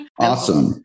Awesome